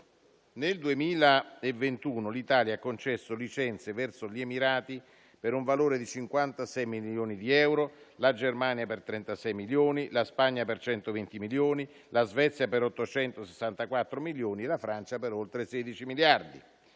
Nel 2021, l'Italia ha concesso licenze verso gli Emirati per un valore di 56 milioni di euro, la Germania per 36 milioni, la Spagna per 120 milioni, la Svezia per 864 milioni e la Francia per oltre 16 miliardi.